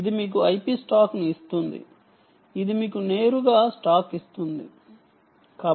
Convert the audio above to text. ఇది మీకు ఐపి స్టాక్ను ఇస్తుంది అది మీకు నేరుగా స్టాక్ ఇస్తుంది సమయం చూడండి 0214